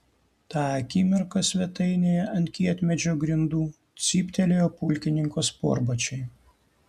tą akimirką svetainėje ant kietmedžio grindų cyptelėjo pulkininko sportbačiai